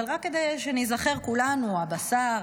אבל רק כדי שניזכר כולנו: הבשר,